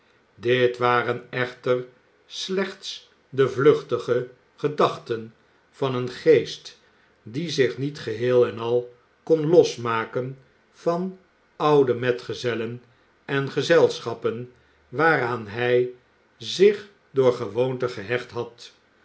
dit waren echter slechts de vluchtige gedachten van een geest die zich niet geheel en al kon losmaken van oude metgezellen en gezelschappen waaraan hij zich door gewoonte gehecht had